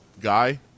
guy